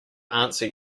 answer